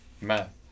math